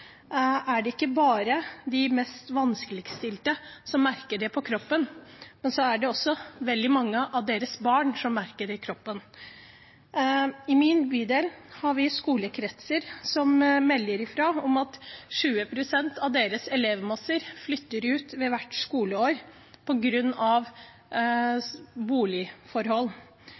er det ikke bare de mest vanskeligstilte som merker det på kroppen, også veldig mange av barna deres merker det på kroppen. I min bydel har vi skolekretser som melder om at 20 pst. av deres elevmasse flytter hvert skoleår på grunn av boligforhold.